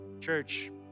Church